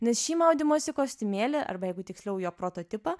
nes šį maudymosi kostiumėlį arba jeigu tiksliau jo prototipą